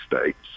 states